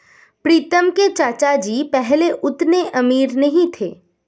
प्रीतम के चाचा जी पहले उतने अमीर नहीं थे